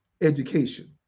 education